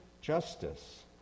justice